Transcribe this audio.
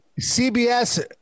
CBS